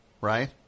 right